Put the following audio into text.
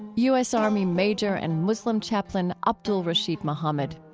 u s. army major and muslim chaplain abdul-rasheed muhammad.